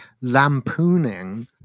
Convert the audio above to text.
lampooning